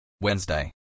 Wednesday